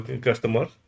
customers